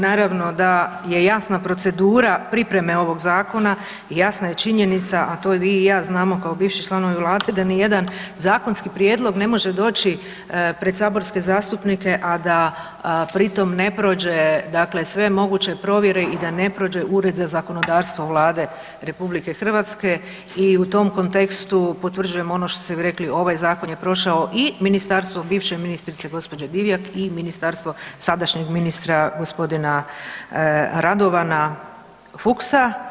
Naravno da je jasna procedura pripreme ovog zakona i jasna je činjenica, a to vi i ja znamo kao bivši članovi vlade da nijedan zakonski prijedlog ne može doći pred saborske zastupnike, a da pri tom ne prođe dakle sve moguće provjere i da ne prođe Ured za zakonodavstvo vlade RH i u tom kontekstu potvrđujem ono što ste vi rekli ovaj zakon je prošao i ministarstvo bivše ministrice gđe. Divjak i ministarstvo sadašnjeg ministra g. Radovana Fuchsa.